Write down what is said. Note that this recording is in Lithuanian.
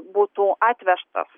būtų atvežtas